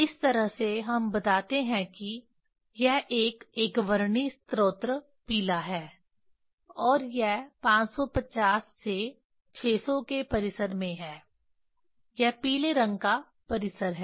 इस तरह से हम बताते हैं कि यह एक एकवर्णी स्रोत पीला है और यह 550 से 600 के परिसर में है यह पीले रंग का परिसर है